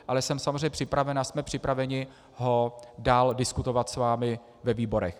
Ale jsem samozřejmě připraven a jsme připraveni ho dál diskutovat s vámi ve výborech.